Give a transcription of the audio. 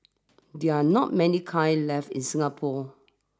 they're not many kilns left in Singapore